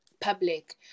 public